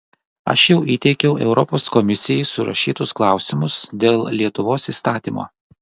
aš jau įteikiau europos komisijai surašytus klausimus dėl lietuvos įstatymo